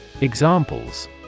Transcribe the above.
Examples